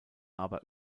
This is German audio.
aber